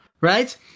right